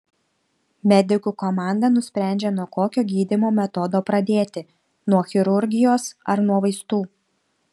medikų komanda nusprendžia nuo kokio gydymo metodo pradėti nuo chirurgijos ar nuo vaistų